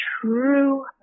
true